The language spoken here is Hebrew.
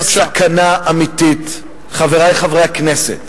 אתה לא מחזיק במונופול על אהבה לארץ-ישראל.